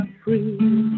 free